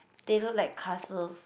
they look like castles